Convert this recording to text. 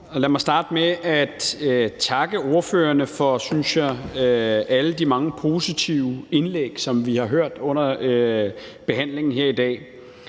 Lad mig starte med at takke ordførerne for alle de mange positive, synes jeg, indlæg, som vi har hørt under behandlingen her i dag.